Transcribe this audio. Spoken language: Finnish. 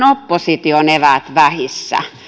opposition eväät vähissä